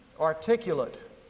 articulate